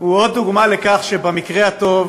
הוא עוד דוגמה לכך שבמקרה הטוב